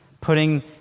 putting